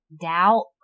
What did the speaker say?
doubt